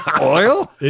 Oil